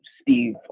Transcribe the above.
Steve